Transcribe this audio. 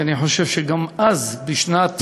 כי אני חושב שגם אז, בשנת